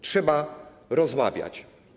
Trzeba rozmawiać.